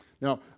Now